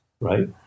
right